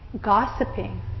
gossiping